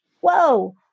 whoa